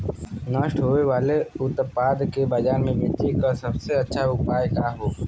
नष्ट होवे वाले उतपाद के बाजार में बेचे क सबसे अच्छा उपाय का हो?